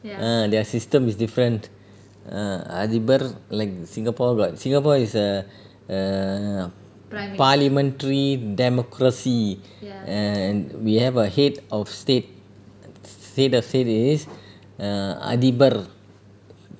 ah their system is different ah அதிபர்:adhibar like singapore got singapore is a a parliamentary democracy and we have a head of state அதிபர்:adhibar